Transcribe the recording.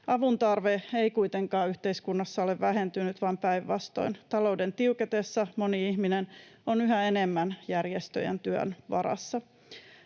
Avun tarve ei kuitenkaan yhteiskunnassa ole vähentynyt, vaan päinvastoin talouden tiuketessa moni ihminen on yhä enemmän järjestöjen työn varassa.